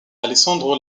alessandro